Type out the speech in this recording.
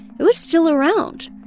it was still around.